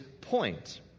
point